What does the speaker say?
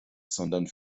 sondern